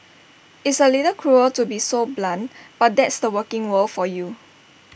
it's A little cruel to be so blunt but that's the working world for you